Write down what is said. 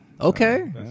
okay